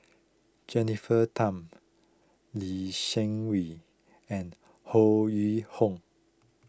Jennifer Tham Lee Seng Wee and Ho Yuen Hoe